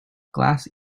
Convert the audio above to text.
glass